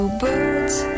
birds